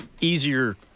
easier